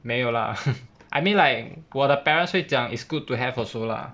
没有 lah I mean like 我的 parents 会讲 it's good to have also lah